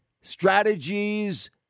Strategies